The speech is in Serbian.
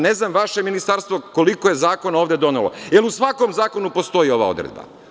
Ne znam vaše ministarstvo koliko je zakona ovde donelo, jel u svakom zakonu postoji ova odredba?